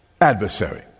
adversary